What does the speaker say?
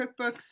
cookbooks